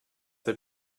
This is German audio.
der